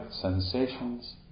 sensations